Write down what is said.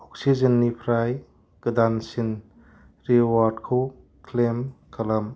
अक्सिजेननिफ्राय गोदानसिन रिवार्डखौ क्लैम खालाम